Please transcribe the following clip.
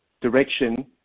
direction